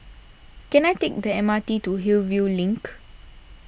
can I take the M R T to Hillview Link